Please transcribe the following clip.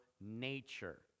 nature